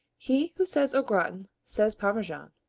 he who says au gratin says parmesan.